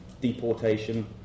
deportation